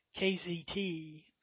KZT